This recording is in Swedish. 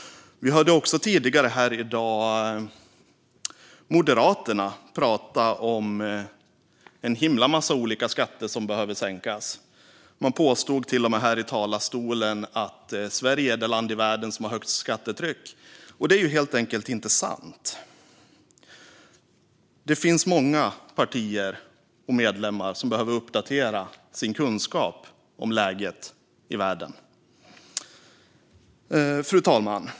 Vi hörde tidigare här i dag moderaterna tala om en himla massa olika skatter som behöver sänkas. De påstod till och med här i talarstolen att Sverige är det land i världen som har högst skattetryck. Det är helt enkelt inte sant. Det finns många partier och medlemmar som behöver uppdatera sin kunskap om läget i världen. Fru talman!